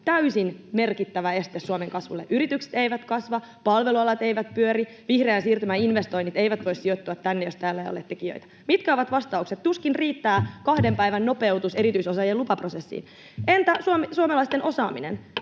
täysin merkittävä este Suomen kasvulle. Yritykset eivät kasva, palvelualat eivät pyöri, vihreän siirtymän investoinnit eivät voi sijoittua tänne, jos täällä ei ole tekijöitä. Mitkä ovat vastaukset? Tuskin riittää kahden päivän nopeutus erityisosaajien lupaprosessiin. Entä suomalaisten osaaminen?